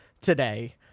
today